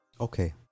okay